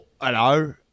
hello